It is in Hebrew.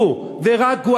הוא ורק הוא,